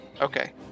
Okay